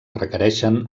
requereixen